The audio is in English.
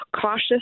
cautious